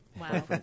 Wow